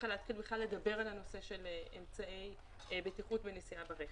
להתחיל בכלל לדבר על הנושא של אמצעי בטיחות בנסיעה ברכב.